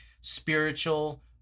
spiritual